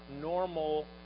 normal